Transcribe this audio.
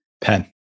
Pen